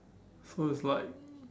so it's like